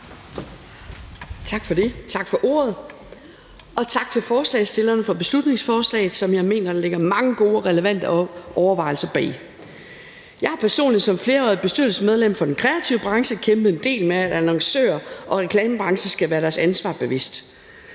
tak for ordet, og tak til forslagsstillerne for beslutningsforslaget, som jeg mener der ligger mange gode og relevante overvejelser bag. Jeg har personligt som flerårigt bestyrelsesmedlem i den kreative branche kæmpet en del med, at annoncører og reklamebranchen skal være deres ansvar bevidst: